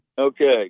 Okay